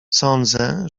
sądzę